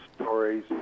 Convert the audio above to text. stories